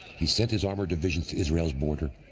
he sent his armored divisions to israel's border,